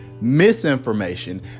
misinformation